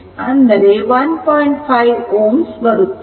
5 Ω ಬರುತ್ತದೆ